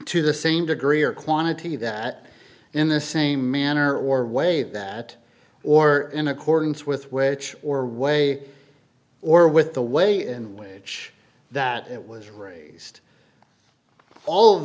to the same degree or quantity that in the same manner or way that or in accordance with which or way or with the way in which that it was raised all of